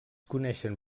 coneixen